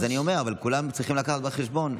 אני אומר, כולם צריכים להביא בחשבון.